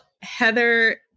Heather